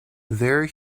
there